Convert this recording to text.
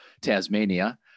Tasmania